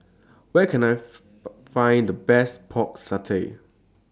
Where Can I Find The Best Pork Satay